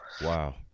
wow